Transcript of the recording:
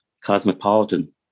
cosmopolitan